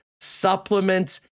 supplements